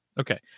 Okay